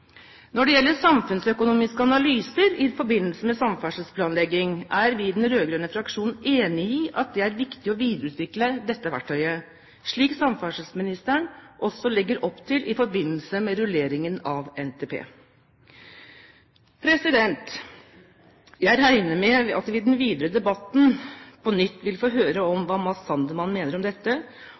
Når det gjelder samfunnsøkonomiske analyser i forbindelse med samferdselsplanlegging, er vi i den rød-grønne fraksjonen enig i at det er viktig å videreutvikle dette verktøyet, slik samferdselsministeren også legger opp til i forbindelse med rulleringen av NTP. Jeg regner med at vi i den videre debatten på nytt vil få høre om hva Matz Sandman mener om dette,